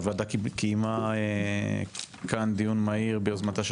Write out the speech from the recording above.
הוועדה קיימה כאן דיון מהיר ביוזמתה של